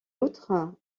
outre